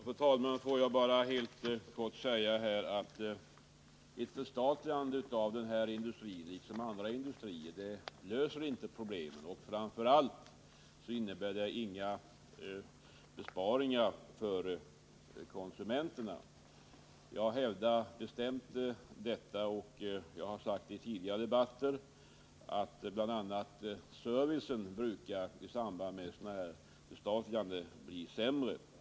Fru talman! Får jag bara helt kort säga att ett förstatligande av den här industrin, liksom av andra industrier, inte löser problemen, och framför allt innebär det inga besparingar för konsumenterna. Jag hävdar bestämt detta, och jag har sagt i tidigare debatter att bl.a. servicen brukar i samband med förstatliganden bli sämre.